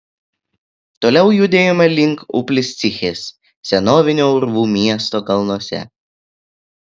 toliau judėjome link upliscichės senovinio urvų miesto kalnuose